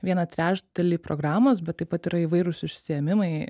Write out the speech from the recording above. vieną trečdalį programos bet taip pat yra įvairūs užsiėmimai